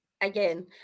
again